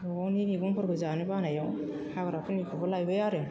न'आवनि मैगंफोरखौ जानो बानायाव हाग्राफोरनिखौबो लायबाय आरो